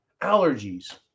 allergies